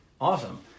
Awesome